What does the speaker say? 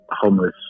homeless